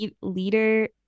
leader